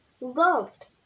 loved